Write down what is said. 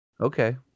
Okay